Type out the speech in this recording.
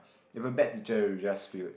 if a bad teacher you'll just feel